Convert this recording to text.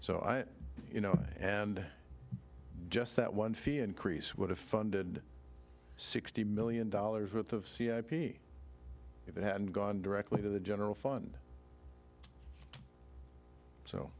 so i you know and just that one fee increase would have funded sixty million dollars worth of if it had gone directly to the general fund so